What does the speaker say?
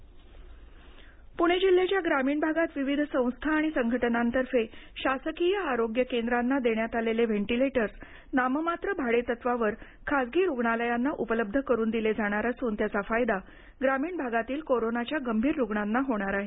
ventilators प्रणे जिल्ह्याच्या ग्रामीण भागात विविध संस्था आणि संघटनांतर्फे शासकीय आरोग्य केंद्रांना देण्यात आलेले व्हेन्टिलेटर्स नाममात्र भाडेतत्वावर खासगी रुग्णालयांना उपलब्ध करून दिले जाणार असून त्याचा फायदा ग्रामीण भागातील कोरोनाच्या गंभीर रुग्णांना होणार आहे